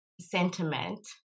sentiment